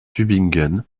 tübingen